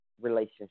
relationship